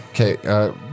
Okay